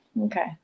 Okay